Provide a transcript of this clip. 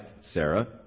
Sarah